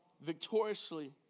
victoriously